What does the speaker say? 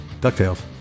DuckTales